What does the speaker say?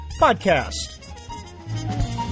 Podcast